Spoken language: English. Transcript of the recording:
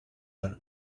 are